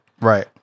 right